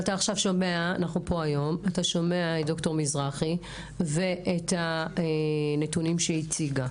אתה שומע את דבריה של דר' מזרחי ואת הנתונים שהציגה